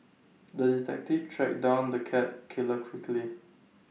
the detective tracked down the cat killer quickly